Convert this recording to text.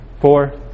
four